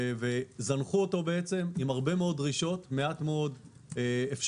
זנחו אותו עם הרבה מאוד דרישות ומעט מאוד אפשרויות.